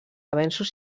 avenços